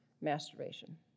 masturbation